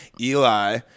Eli